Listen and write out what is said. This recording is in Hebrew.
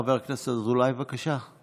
חבר הכנסת אזולאי, בבקשה.